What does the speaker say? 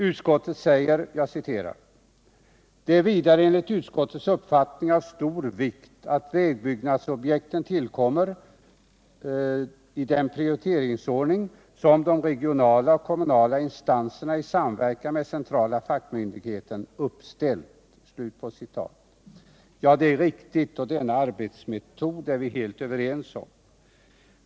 Utskottet säger: ”Det är vidare enligt utskottets uppfattning av stor vikt att vägbyggnadsobjekten tillkommer i den prioriteringsordning som de regionala och kommunala instanserna i samverkan med den centrala fackmyndigheten uppställt.” Ja, det är riktigt, och denna arbetsmetod är vi helt överens om.